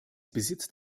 besitzt